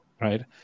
right